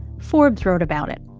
forbes wrote about it.